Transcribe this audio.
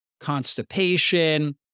constipation